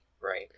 Right